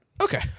Okay